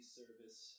service